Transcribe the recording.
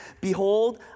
Behold